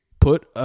put